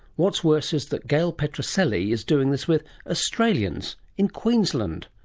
what's worse is that gail patricelli is doing this with australians in queensland,